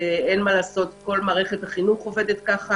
כל מערכת החינוך עובדת כך.